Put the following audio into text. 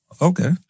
Okay